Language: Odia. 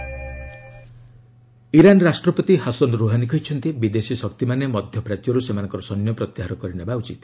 ଇରାନ ୟୁରୋପ୍ ଇରାନ ରାଷ୍ଟ୍ରପତି ହାସନ୍ ରୋହାନୀ କହିଛନ୍ତି ବିଦେଶୀ ଶକ୍ତିମାନେ ମଧ୍ୟ ପ୍ରାଚ୍ୟର୍ ସେମାନଙ୍କର ସୈନ୍ୟ ପ୍ରତ୍ୟାହାର କରିନେବା ଉଚିତ